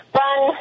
run